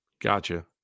Gotcha